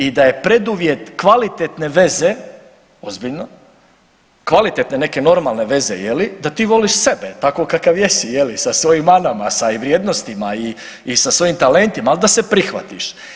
I da je preduvjet kvalitetne veze, ozbiljno kvalitetne, neke normalne veze da ti voliš sebe takvog kakav jesi sa svojim manama, sa vrijednostima i sa svojim talentima ali da se prihvatiš.